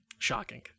Shocking